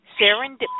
Serendipity